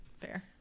fair